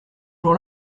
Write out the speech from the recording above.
jour